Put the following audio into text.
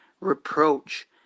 reproach